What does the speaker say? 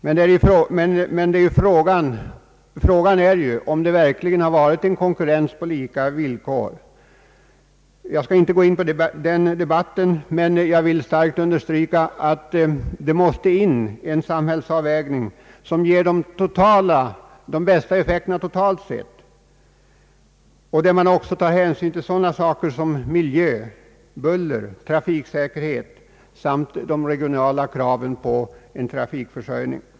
Men frågan är om det verkligen varit en konkurrens på lika villkor. Jag skall inte gå in på den debatten, men jag vill understryka att vi måste ha en samhällsavvägning som ger de bästa effekterna totalt sett och som också tar hänsyn till sådana företeelser som miljö, buller och trafiksäkerhet samt de regionala kraven på en god trafikförsörjning.